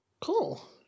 Cool